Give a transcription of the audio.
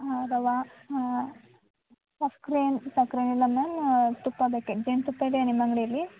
ಹಾಂ ರವಾ ಹಾಂ ಸಕ್ರೇನ್ ಸಕ್ರೆ ಇಲ್ಲ ಮ್ಯಾಮ್ ತುಪ್ಪ ಬೇಕಾಗಿತ್ತು ಜೇನು ತುಪ್ಪ ಇದೆಯಾ ನಿಮ್ಮ ಅಂಗಡೀಲಿ